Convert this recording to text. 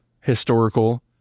historical